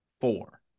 Four